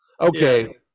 Okay